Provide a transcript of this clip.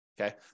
okay